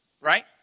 Right